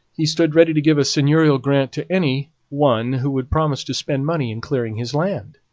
he stood ready to give a seigneurial grant to any one who would promise to spend money in clearing his land.